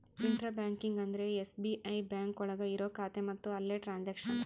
intra banking ಅಂದ್ರೆ SBI bank ಒಳಗ ಇರೋ ಖಾತೆ ಮತ್ತು ಅಲ್ಲೇ ಟ್ರನ್ಸ್ಯಾಕ್ಷನ್